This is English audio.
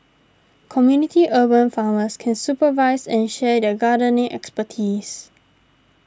community urban farmers can supervise and share their gardening expertise